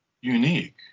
unique